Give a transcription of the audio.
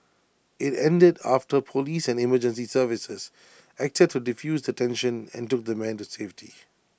IT ended after Police and emergency services acted to defuse the tension and took the man to safety